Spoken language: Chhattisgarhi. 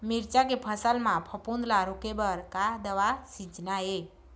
मिरचा के फसल म फफूंद ला रोके बर का दवा सींचना ये?